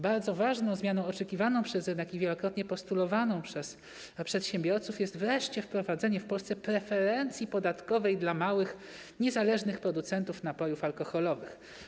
Bardzo ważną zmianą, oczekiwaną przez rynek i wielokrotnie postulowaną przez przedsiębiorców, jest wreszcie wprowadzenie w Polsce preferencji podatkowej dla małych, niezależnych producentów napojów alkoholowych.